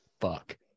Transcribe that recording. fuck